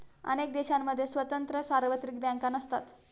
अनेक देशांमध्ये स्वतंत्र सार्वत्रिक बँका नसतात